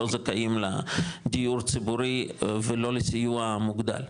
לא זכאים לדיור ציבורי ולא לסיוע מוגדל,